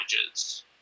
images